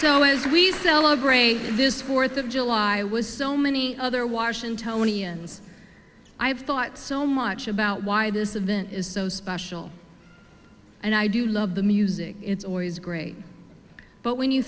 as we celebrate this fourth of july was so many other washingtonians i have thought so much about why this event is so special and i do love the music it's always great but when you